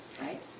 right